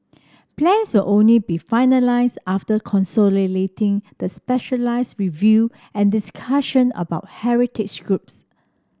plans will only be finalise after the specialise review and discussion about heritage groups